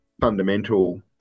fundamental